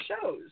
shows